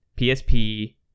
psp